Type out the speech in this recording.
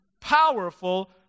powerful